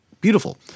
beautiful